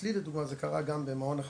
אצלי גם זה קרה במעון אחד,